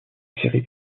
série